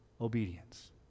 obedience